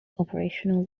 operational